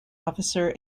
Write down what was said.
officer